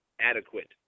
adequate